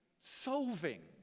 solving